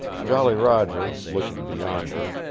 jolly roger, looking beyond her,